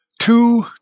two